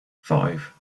five